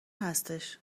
هستش